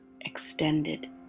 extended